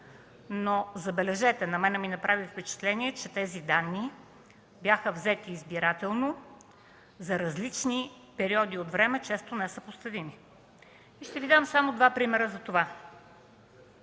но, забележете, на мен ми направи впечатление, че тези данни бяха взети избирателно за различни периоди от време, често несъпоставими. И ще Ви дам само два примера за това.